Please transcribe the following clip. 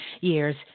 years